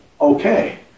okay